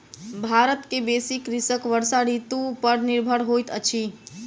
भारत के बेसी कृषक वर्षा ऋतू पर निर्भर होइत अछि